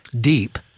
deep